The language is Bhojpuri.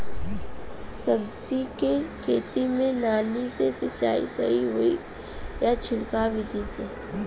सब्जी के खेती में नाली से सिचाई सही होई या छिड़काव बिधि से?